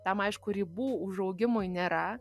tam aišku ribų užaugimui nėra